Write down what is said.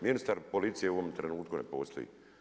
Ministar policije u ovom trenutku ne postoji.